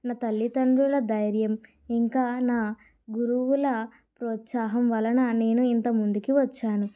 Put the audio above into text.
నా తల్లితండ్రుల ధైర్యం ఇంకా నా గురువుల ప్రోత్సాహం వలన నేను ఇంత ముందుకి వచ్చాను